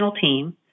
team